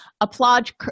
applaud